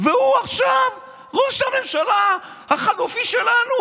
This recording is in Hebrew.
והוא עכשיו ראש הממשלה החלופי שלנו.